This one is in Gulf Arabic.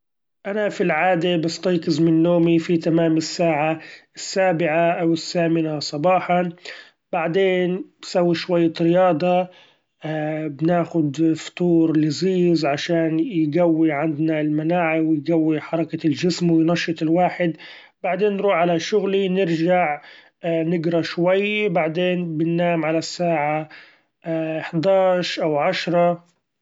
أنا في العادة بستيقظ من نومي في تمام الساعة السابعة أو الثامنة صباحا ، بعدين بسوي شوية رياضة ‹hesitate › بناخد فطور لذيذ عشان يقوي عندنا المناعة ويقوي حركة الچسم وينشط الواحد ، بعدين نروح على شغلي نرچع نقرا شوي ،بعدين بننام على الساعة ‹hesitate › حداش أو عشرة.